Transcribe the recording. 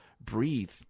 Breathe